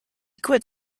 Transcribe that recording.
quit